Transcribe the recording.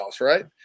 Right